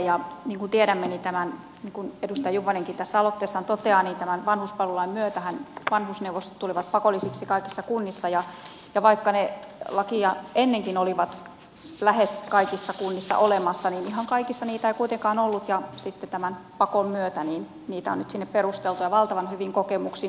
niin kuin tiedämme ja niin kuin edustaja juvonenkin tässä aloitteessaan toteaa tämän vanhuspalvelulain myötähän vanhusneuvostot tulivat pakollisiksi kaikissa kunnissa ja vaikka ne lakia ennenkin olivat lähes kaikissa kunnissa olemassa niin ihan kaikissa niitä ei kuitenkaan ollut ja sitten tämän pakon myötä niitä on nyt sinne perusteltu ja valtavan hyvin kokemuksin